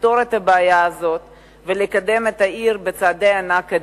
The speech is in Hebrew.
לפתור את הבעיה הזאת ולקדם את העיר בצעדי ענק,